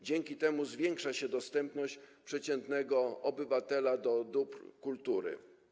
Dzięki temu zwiększa się dostęp przeciętnego obywatela do dóbr kultury.